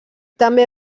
també